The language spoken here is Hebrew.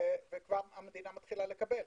וכבר המדינה מתחילה לקבל.